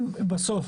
אם בסוף